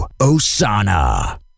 Osana